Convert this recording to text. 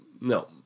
no